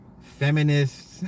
Feminists